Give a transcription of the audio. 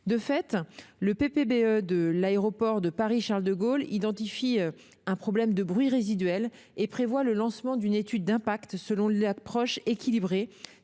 De fait, le PPBE de l'aéroport de Paris-Charles-de-Gaulle identifie un problème de bruit résiduel et prévoit le lancement d'une étude d'impact selon l'approche équilibrée.